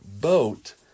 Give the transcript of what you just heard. boat